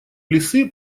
лисы